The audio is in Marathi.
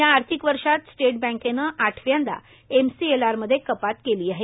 या आर्थिक वर्षात स्टेट बँकेनं आठव्यांदा एमसीएलआरमध्ये कपात केली आहे